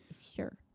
Sure